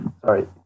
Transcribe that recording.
Sorry